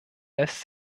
lässt